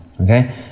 okay